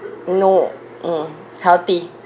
no mm healthy